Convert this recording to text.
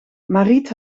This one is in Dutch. mariet